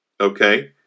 okay